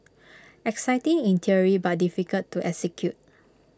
exciting in theory but difficult to execute